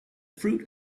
fruit